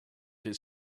his